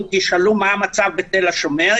אם תשאלו מה המצב בתל השומר,